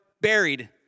buried